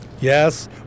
Yes